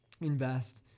invest